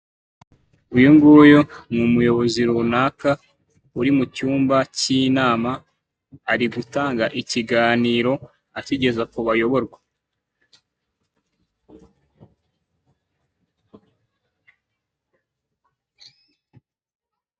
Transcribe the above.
Uyu nguyu n'umuyobozi runaka uri mu cyumba k'inama, ari gutanga ikiganiro akigeza ku bayoborwa.